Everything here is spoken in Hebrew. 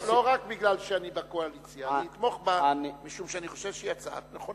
לא רק משום שאני בקואליציה אלא משום שאני חושב שהיא הצעה נכונה.